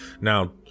Now